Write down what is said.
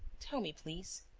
tell me, please.